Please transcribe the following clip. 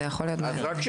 וזה יכול להיות בעיה.